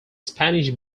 spanish